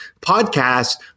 podcast